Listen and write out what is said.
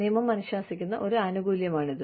നിയമം അനുശാസിക്കുന്ന ഒരു ആനുകൂല്യമാണിത്